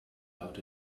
out